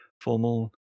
formal